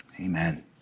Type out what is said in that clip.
Amen